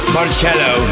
Marcello